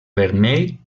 vermell